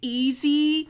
easy